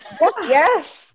Yes